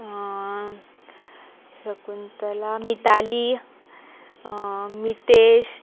Shakuntala Mitali Mitesh